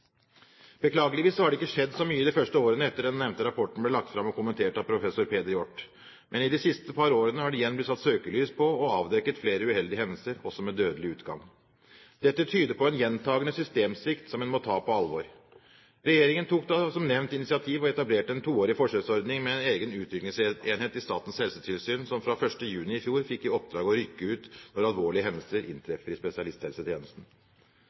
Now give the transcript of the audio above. Beklageligvis har det ikke skjedd så mye de første årene etter at den nevnte rapporten ble lagt fram og kommentert av professor Peter Hjort. Men i de siste par årene har det igjen blitt satt søkelys på og avdekket flere uheldige hendelser, også med dødelig utgang. Dette tyder på en gjentagende systemsvikt som en må ta på alvor. Regjeringen tok som nevnt initiativ til å etablere en toårig forsøksordning med en egen utrykningsenhet i Statens helsetilsyn som fra 1. juni i fjor fikk i oppdrag å rykke ut når alvorlige hendelser inntreffer i spesialisthelsetjenesten.